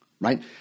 Right